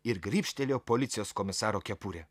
ir grybštelėjo policijos komisaro kepurę